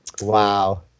Wow